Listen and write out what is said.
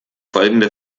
folgende